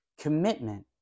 commitment